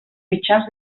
mitjans